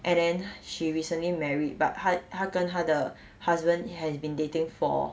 and then she recently married but 她她跟她的 husband has been dating for